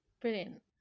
Brilliant